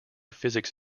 physics